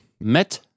Met